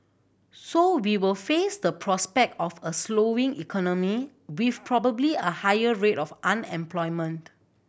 so we will face the prospect of a slowing economy with probably a higher rate of unemployment